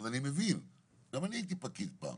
גם אני הייתי פקיד פעם